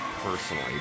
personally